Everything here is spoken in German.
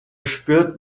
spürt